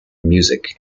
music